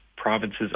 province's